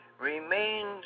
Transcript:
remained